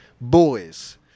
Boys